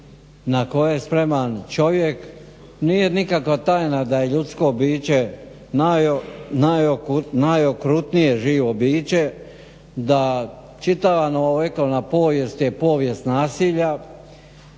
na koje je spreman čovjek. Nije nikakva tajna da je ljudsko biće najokrutnije živo biće da čitava novovjekovna povijest je povijest nasilja.